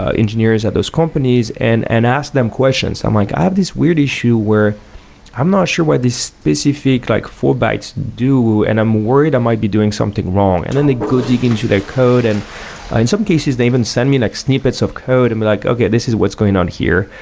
ah engineers at those companies and and ask them questions. i'm like, i have this weird issue where i'm not sure what this specific like four bytes do and i'm worried i might be doing something wrong. and then they go dig into their code and in some cases, they even send me like snippets of code. i'm like, okay, this is what's going on here.